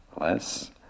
less